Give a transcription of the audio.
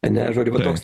ane žodžiu va toks